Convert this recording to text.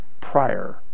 prior